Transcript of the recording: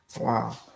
Wow